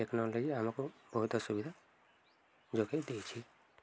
technology ଆମକୁ ବହୁତ ସୁବିଧା ଯୋଗେଇ ଦେଇଛି